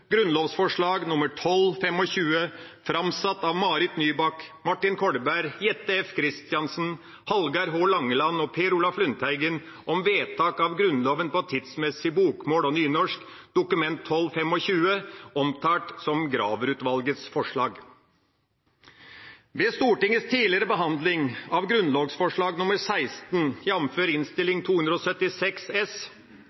Grunnlovsforslag nr. 25 framsatt av Marit Nybakk, Martin Kolberg, Jette F. Christensen, Hallgeir H. Langeland og Per Olaf Lundteigen om vedtak av Grunnloven på tidsmessig bokmål og nynorsk, Dokument 12:25 for 2011–2012, omtalt som Graver-utvalgets forslag. Ved Stortingets tidligere behandling av Grunnlovsforslag nr. 16